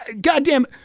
goddamn